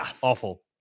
awful